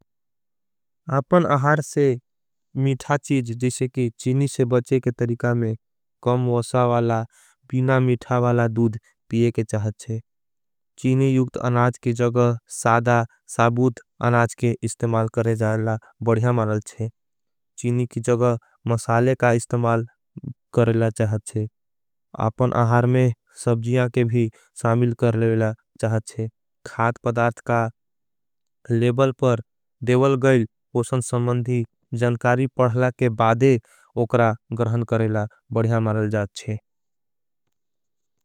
अपन अहार से मीठा चीज जिसे की चीनी से बचे। के तरीका में कम वसा वाला बीना मीठा वाला दूद। पिये के चाहचे चीनी यूग्द अनाज की जग साधा साभूत। अनाज के इस्तेमाल करे जाएला बढ़िया मानल चे चीनी। की जग मसाले का इस्तेमाल करे ला चाहचे अपन अहार। में सबजीयां के भी सामिल कर लेला चाहचे खात पदार्थ। का लेबल पर देवल गईल पोशन सम्मंधी जनकारी। पढ़ला के बादे उकरा गरहन करेला बढ़िया मानल जाएचे।